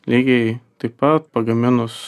lygiai taip pat pagaminus